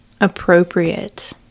appropriate